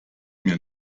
mir